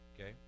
okay